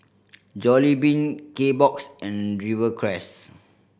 Jollibean Kbox and Rivercrest